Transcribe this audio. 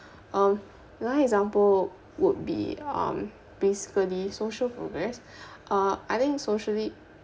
um another example would be um basically social progress uh I think socially